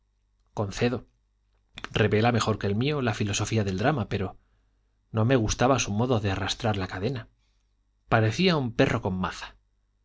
concedo revela mejor que el mío la filosofía del drama pero no me gustaba su modo de arrastrar la cadena parecía un perro con maza